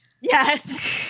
Yes